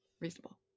Reasonable